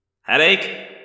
Headache